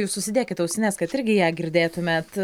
jūs užsidėkit ausines kad irgi ją girdėtumėt